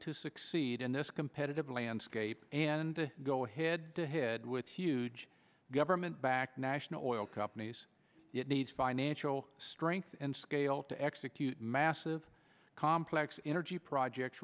to succeed in this competitive landscape and the go ahead to head with huge government backed national oil companies it needs financial strength and scale to execute massive complex energy projects